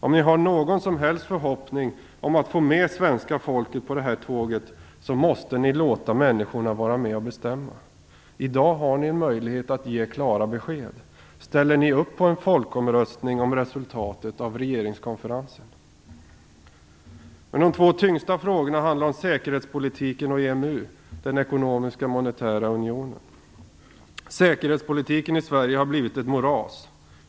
Om ni har något som helst förhoppning om att få med svenska folket på det här tåget, måste ni låta människorna vara med och bestämma. I dag har ni en möjlighet att ge klara besked. Ställer ni upp på en folkomröstning om resultatet av regeringskonferensen? Men de två tyngsta frågorna handlar om säkerhetspolitiken och EMU, den ekonomiska monetära unionen. Säkerhetspolitiken i Sverige har blivit ett moras.